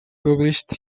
published